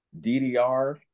DDR